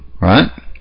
right